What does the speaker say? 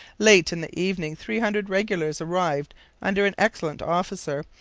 late in the evening three hundred regulars arrived under an excellent officer,